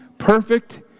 perfect